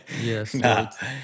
yes